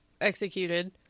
executed